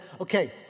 okay